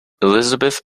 elizabeth